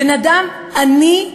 בן-אדם עני,